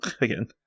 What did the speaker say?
again